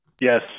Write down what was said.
Yes